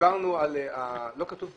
אפשר לקבוע